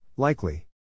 Likely